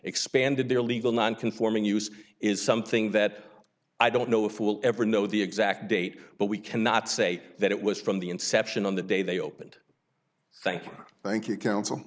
expanded their legal non conforming use is something that i don't know if we'll ever know the exact date but we cannot say that it was from the inception on the day they opened thank you thank you counsel